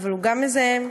אבל גם הוא מזהם,